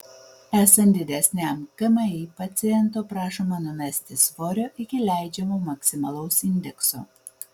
esant didesniam kmi paciento prašoma numesti svorio iki leidžiamo maksimalaus indekso